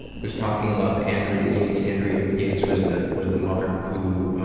was talking about the andrea yates. andrea yates was the was the mother who